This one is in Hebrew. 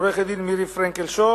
עורכת הדין מירי פרנקל-שור,